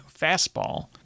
fastball